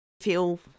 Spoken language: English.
feel